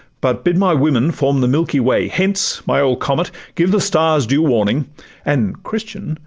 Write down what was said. but bid my women form the milky way. hence, my old comet! give the stars due warning and, christian!